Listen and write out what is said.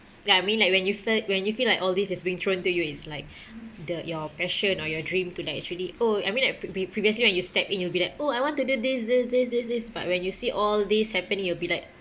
ya I mean like when you fee~ when you feel like all this is being thrown to you it's like the your passion or your dream to like is really oh I mean like pre~ previously when you step in you will be like oh I want to do this this this this this but when you see all these happening you'll be like